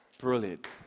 brilliant